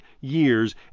years